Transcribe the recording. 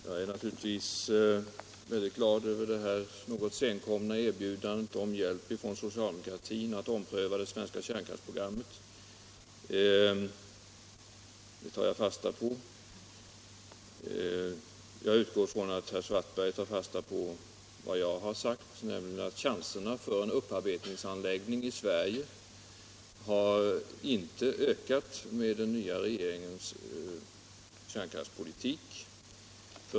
Herr talman! Jag är naturligtvis glad över det något senkomna erbjudandet om hjälp från socialdemokratin att ompröva det svenska kärnkraftsprogrammet, och jag tar fasta på det. Jag utgår för min del från att herr Svartberg tar fasta på vad jag har sagt, nämligen att chanserna för en upparbetningsanläggning i Sverige inte har ökat med den nya regeringens kärnkraftspolitik.